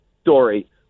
story